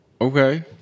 Okay